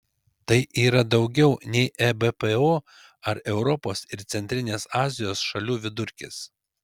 tai yra daugiau nei ebpo ar europos ir centrinės azijos šalių vidurkis